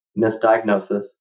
misdiagnosis